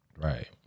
Right